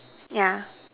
yeah